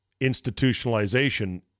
institutionalization